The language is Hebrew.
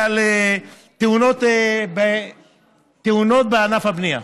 עוד פעם, חברתי על אמת, על תאונות בענף הבנייה,